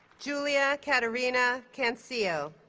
julia caterina cancio